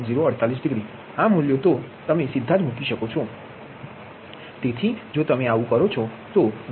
048 degree આ મૂલ્યો આ તમે સીધા જ મૂકી શકો છો તેથી જો તમે આવું કરો છો તો V32 1